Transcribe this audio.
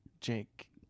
Jake